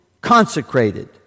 consecrated